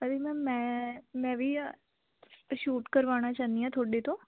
ਉਹਦੀ ਨਾ ਮੈਂ ਮੈਂ ਵੀ ਆ ਸ਼ੂਟ ਕਰਵਾਉਣਾ ਚਾਹੁੰਦੀ ਹਾਂ ਤੁਹਾਡੇ ਤੋਂ